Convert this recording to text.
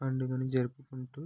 పండుగను జరుపుకుంటూ